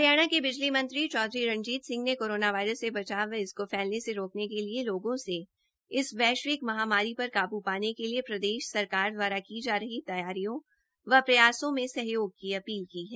हरियाणा के बिजली मंत्री चौधरी रणजीत सिंह ने कोरोना वायरस से बचाव व इसको फैलने से रोकने के लिए लोगों से इस वैश्विक महामारी पर काबू पाने के लिए प्रदेश सरकार द्वारा की जा रही तैयारियों व प्रयासों में सहयोग की अपील की है